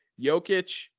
Jokic